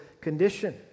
condition